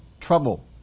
trouble